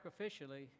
sacrificially